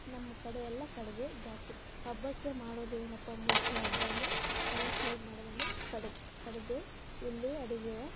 ನಮ್ಮ ಕಡೆಯೆಲ್ಲ ಕಡುಬೇ ಜಾಸ್ತಿ ಹಬ್ಬಕ್ಕೆ ಮಾಡೋದು ಏನಪ್ಪಾ ಮುಂಚೆ ಹಬ್ಬ ಅಂದರೆ ಎಲ್ಲ ಸೈಡ್ ಮಾಡೋದು ಅಂದರೆ ಕಡುಬು ಕಡುಬೆ ಇಲ್ಲಿ ಅಡುಗೆಯ